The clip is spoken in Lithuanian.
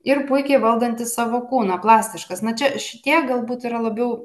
ir puikiai valdantis savo kūną plastiškas na čia šitie galbūt yra labiau